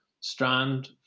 strand